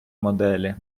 моделі